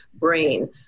brain